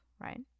right